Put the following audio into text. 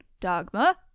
Dogma